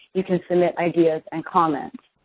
you can submit ideas and comments.